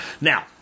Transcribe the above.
Now